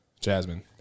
Jasmine